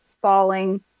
falling